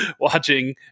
watching